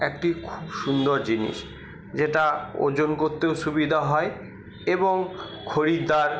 একটি খুব সুন্দর জিনিস যেটা ওজন কত্তেও সুবিধা হয় এবং খরিদ্দার